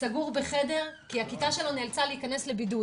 סגור בחדר כי הכיתה שלו נאלצה להיכנס לבידוד.